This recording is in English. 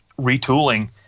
retooling